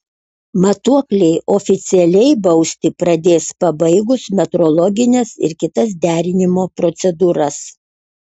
matuokliai oficialiai bausti pradės pabaigus metrologines ir kitas derinimo procedūras